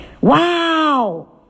Wow